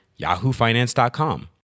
yahoofinance.com